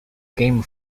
game